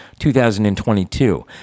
2022